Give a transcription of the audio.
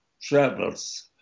travels